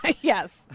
Yes